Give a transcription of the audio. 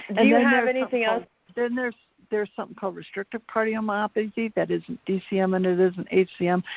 and you have anything else then there's there's something called restrictive cardiomyopathy that isn't dcm and it isn't hcm,